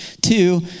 Two